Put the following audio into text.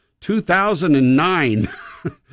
2009